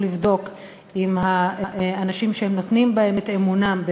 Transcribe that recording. לבדוק אם האנשים שהם נותנים בהם את אמונם,